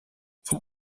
vom